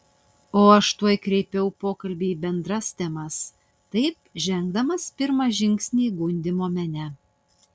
o aš tuoj kreipiau pokalbį į bendras temas taip žengdamas pirmą žingsnį gundymo mene